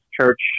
church